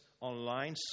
online